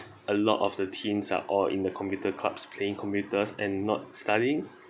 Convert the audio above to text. a lot of the teens are all in the computer clubs playing computers and not studying